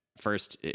first